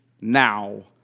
now